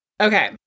Okay